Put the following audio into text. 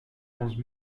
onze